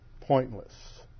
pointless